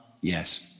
Yes